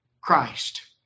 Christ